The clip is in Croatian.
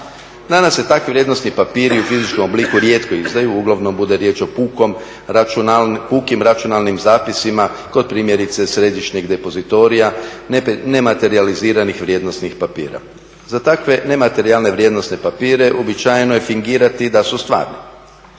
Danas se takvi vrijednosni papiri u fizičkom obliku rijetko izdaju, uglavnom bude riječ o pukim računalnim zapisima kod primjerice središnjeg depozitorija, nematerijaliziranih vrijednosnih papira. Za takve nematerijalne vrijednosne papire uobičajeno je fingirati da su stvarni.